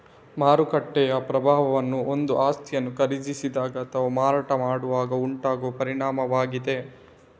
ಮಾರುಕಟ್ಟೆಯ ಪ್ರಭಾವವು ಒಂದು ಆಸ್ತಿಯನ್ನು ಖರೀದಿಸಿದಾಗ ಅಥವಾ ಮಾರಾಟ ಮಾಡುವಾಗ ಉಂಟಾಗುವ ಪರಿಣಾಮವಾಗಿದೆ